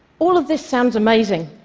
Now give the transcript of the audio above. all of this sounds amazing,